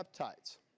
peptides